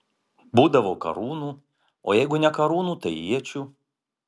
būdavo karūnų o jeigu ne karūnų tai iečių